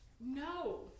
No